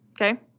Okay